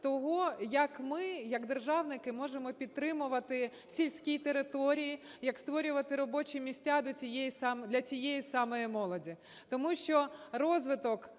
того, як ми як державники можемо підтримувати сільські території, як створювати робочі місця для цієї самої молоді. Тому що розвиток,